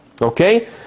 Okay